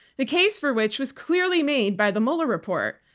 the case for which was clearly made by the mueller report.